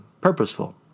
purposeful